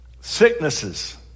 Sicknesses